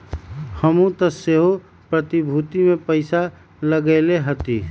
हमहुँ तऽ सेहो प्रतिभूतिय में पइसा लगएले हती